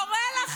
מה קורה לכם?